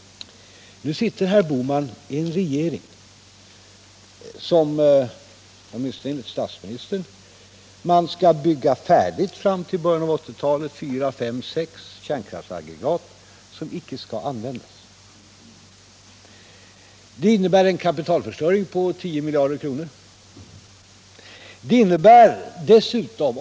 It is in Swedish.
Nu sitter herr Bohman i den regering som, åtminstone enligt statsministern, fram till början av 1980-talet skall bygga färdigt fyra, fem eller sex kärnkraftsaggregat som icke skall användas. Det innebär en kapitalförstöring på 10 miljarder kronor.